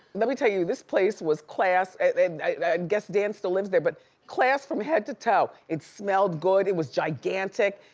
let me tell you, this place was class. and i guess dan still lives there but class from head to toe. it's smelled good, it was gigantic.